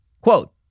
Quote